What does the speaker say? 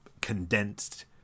condensed